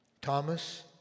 Thomas